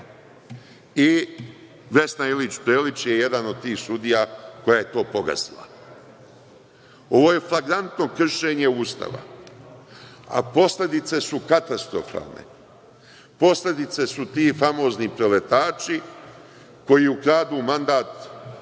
Vesna Ilić Prelić je jedan od tih sudija koja je to pogazila. Ovo je flagrantno kršenje Ustava. Posledicu su katastrofalne. Posledice su ti famozni preletači, koji ukradu mandat stranci